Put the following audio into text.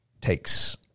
takes